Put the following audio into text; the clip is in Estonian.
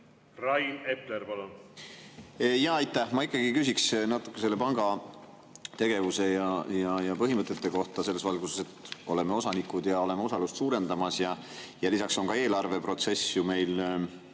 Rain Epler, palun! Aitäh! Ma ikkagi küsiksin natuke selle panga tegevuse ja põhimõtete kohta selles valguses, et me oleme osanikud ja oleme osalust suurendamas ja lisaks on eelarveprotsess meil